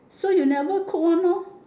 so you never cook one hor